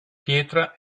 pietra